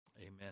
Amen